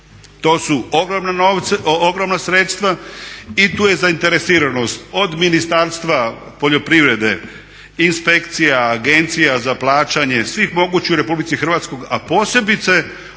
to su ogromna sredstva i tu je zainteresiranost od Ministarstva poljoprivrede, inspekcija, agencija za plaćanje, svih mogućih u Republici Hrvatskoj a posebice